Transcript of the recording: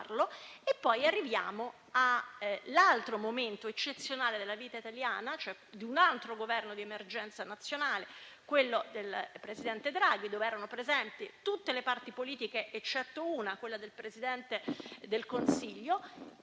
Poi arriviamo all'altro momento eccezionale della vita italiana, di un altro Governo di emergenza nazionale, quello del presidente Draghi, nel quale erano presenti tutte le parti politiche eccetto una, quella del Presidente del Consiglio,